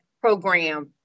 program